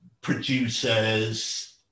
producers